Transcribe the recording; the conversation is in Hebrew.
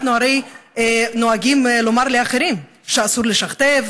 אנחנו הרי נוהגים לומר לאחרים שאסור לשכתב,